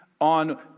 on